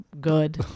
good